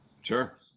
Sure